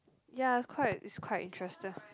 ya it's quite it's quite interested